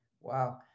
Wow